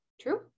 true